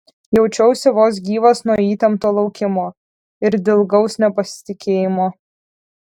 jaučiausi vos gyvas nuo įtempto laukimo ir dilgaus nepasitikėjimo